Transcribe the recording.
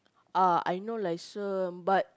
uh I no license but